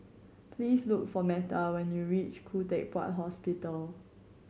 please look for Metta when you reach Khoo Teck Puat Hospital